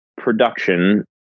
production